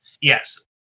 yes